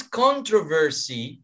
controversy